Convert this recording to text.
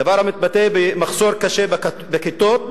דבר המתבטא במחסור קשה בכיתות,